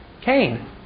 Cain